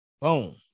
Boom